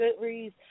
Goodreads